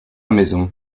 maison